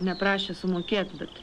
neprašė sumokėt bet